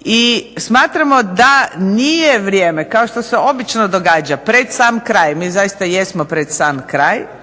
I smatramo da nije vrijeme, kao što se obično događa, pred sam kraj, mi zaista jesmo pred sam kraj,